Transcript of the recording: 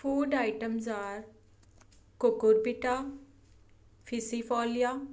food items are cucurbita ficifolia